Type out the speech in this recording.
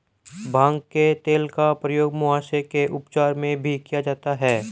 भांग के तेल का प्रयोग मुहासे के उपचार में भी किया जाता है